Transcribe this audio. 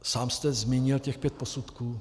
Sám jste zmínil těch pět posudků.